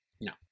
No